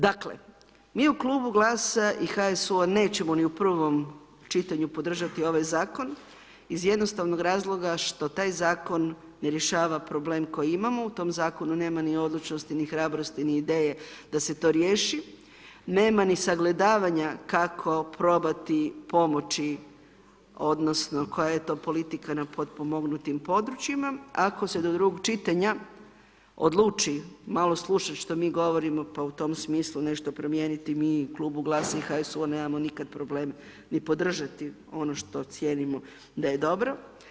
Dakle, mi u Klubu GLASA i HSU-a nećemo ni u prvom čitanju podržati ovaj zakon iz jednostavnog razloga što taj zakon ne rješava problem koji imamo, u tom zakonu nema ni odlučnosti ni hrabrosti ni ideje da se to riješi, nema ni sagledavanja kako probati pomoći, odnosno koja je to politika na potpomognutim područjima, ako se do drugog čitanja odluči malo slušati što mi govorimo pa u tom smislu nešto promijeniti mi u Klubu GLASA i HSU-a nemamo nikad problem ni podržati ono što cijenimo da je dobro.